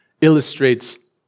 illustrates